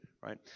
right